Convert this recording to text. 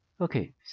Okay